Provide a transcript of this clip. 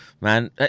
man